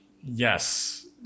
Yes